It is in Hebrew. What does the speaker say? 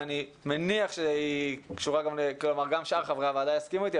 ואני מניח שגם שאר חברי הוועדה יסכימו איתי,